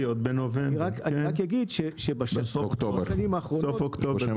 עוד לא.